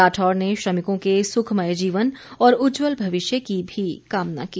राठौर ने श्रमिकों के सुखमय जीवन और उज्जवल भविष्य की कामना भी की